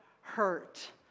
hurt